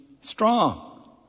strong